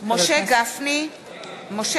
חבר